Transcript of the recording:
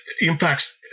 impacts